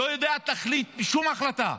והיא לא יודעת להחליט שום החלטה,